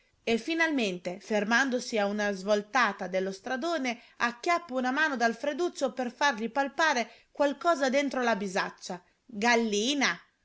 e finalmente fermandosi a una svoltata dello stradone acchiappa una mano d'alfreduccio per fargli palpare qualcosa dentro la bisaccia gallina